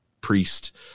priest